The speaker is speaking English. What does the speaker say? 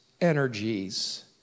energies